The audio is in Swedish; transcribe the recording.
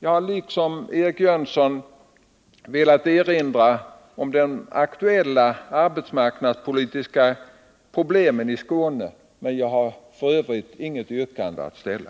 Jag har liksom Eric Jönsson velat erinra om de aktuella arbetsmarknadspolitiska problemen i Skåne, men jag har inget yrkande att ställa.